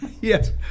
yes